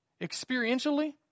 Experientially